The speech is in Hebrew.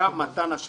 יש גם מגבלה.